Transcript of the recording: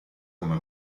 come